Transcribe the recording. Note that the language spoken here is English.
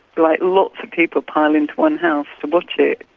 like lots of people pile in to one house to watch it.